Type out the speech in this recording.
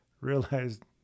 realized